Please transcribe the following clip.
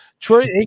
Troy